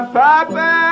papa